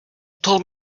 told